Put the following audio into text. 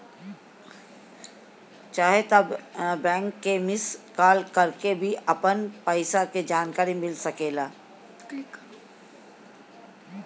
चाहे त बैंक के मिस कॉल करके भी अपन पईसा के जानकारी मिल सकेला